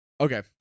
Okay